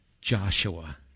Joshua